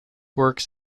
works